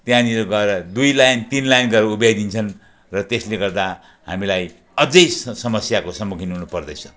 त्यहाँनिर गएर दुई लाइन तिन लाइन गरेर उभ्याइदिन्छन् र त्यसले गर्दा हामीलाई अझै समस्याको सम्मुखिन हुनुपर्दैछ